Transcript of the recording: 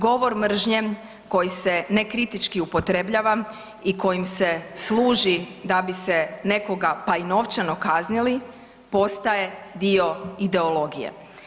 Govor mržnje koji se nekritički upotrebljava i kojim se služi da bi se nekoga pa i novčano kaznili postaje dio ideologije.